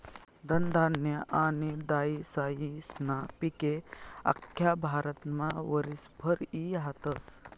धनधान्य आनी दायीसायीस्ना पिके आख्खा भारतमा वरीसभर ई हातस